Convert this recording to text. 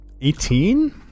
Eighteen